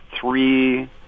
three